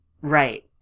Right